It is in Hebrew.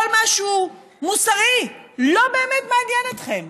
כל מה שהוא מוסרי לא באמת מעניין אתכם,